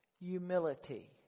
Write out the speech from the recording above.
humility